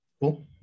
cool